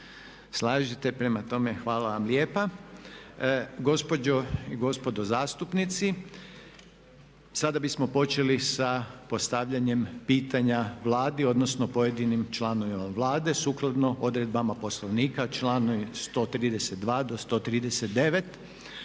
**Reiner, Željko (HDZ)** Gospođo i gospode zastupnici, sada bismo počeli sa postavljenjem pitanja Vladi odnosno pojedinim članovima Vlade, sukladno odredbama Poslovnika, član 132.-139.